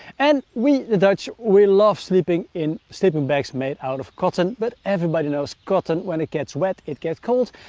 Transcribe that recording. and we, the dutch, we love sleeping in sleeping bags made out of cotton, but everybody knows cotton, when it gets wet, it gets cold.